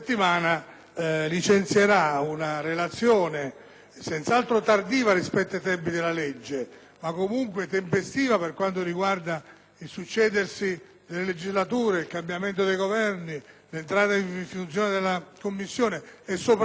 settimana licenzierà una relazione senz'altro tardiva rispetto ai tempi della legge, ma comunque tempestiva per quanto riguarda il succedersi delle legislature, il cambiamento dei Governi, l'entrata in funzione della Commissione e, soprattutto,